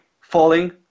falling